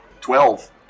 twelve